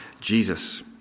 Jesus